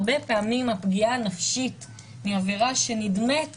הרבה פעמים הפגיעה הנפשית מעבירה שנדמית